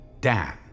Dan